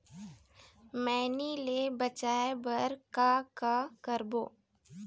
मैनी ले बचाए बर का का करबो?